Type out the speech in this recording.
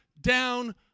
down